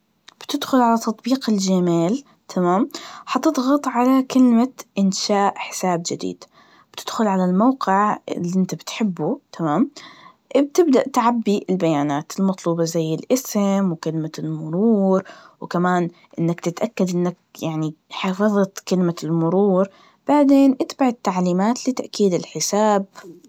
بتدخل على تطبيق الجميل, تمام؟ هتضغط على كلمة, إنشاء حساب جديد, بتدخل على الموقع اللي انت بتحبه, تمام؟ إ- بتبدأ تعبي البيانات المطلوبة, زي الاسم, وكملة المرور, وكمان إنك تتأكد انك يعني حفظت كلمة المرور, بعدين اتبع التعليمات لتأكيد الحساب.